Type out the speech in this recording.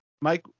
Mike